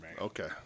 Okay